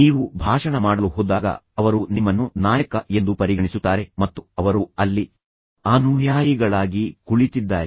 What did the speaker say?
ನೀವು ಭಾಷಣ ಮಾಡಲು ಹೋದಾಗ ಅವರು ನಿಮ್ಮನ್ನು ನಾಯಕ ಎಂದು ಪರಿಗಣಿಸುತ್ತಾರೆ ಮತ್ತು ಅವರು ಅಲ್ಲಿ ಅನುಯಾಯಿಗಳಾಗಿ ಕುಳಿತಿದ್ದಾರೆ